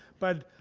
but,